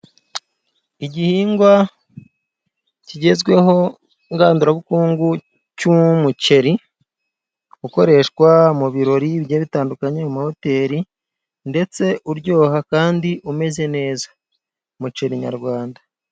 Igihingwa kigezweho ngandurabukungu cy'umuceri ukoreshwa mu birori byari bitandukanye mahoteri ndetse uryoha kandi umeze neza, umuceri nyarwanda.